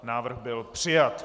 Návrh byl přijat.